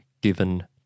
given